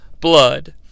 blood